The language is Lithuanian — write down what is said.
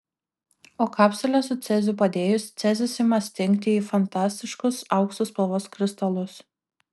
o kapsulę su ceziu padėjus cezis ima stingti į fantastiškus aukso spalvos kristalus